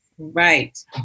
Right